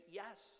yes